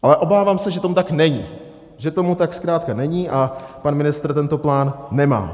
Ale obávám se, že tomu tak není, že tomu tak zkrátka není a pan ministr tento plán nemá.